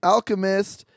Alchemist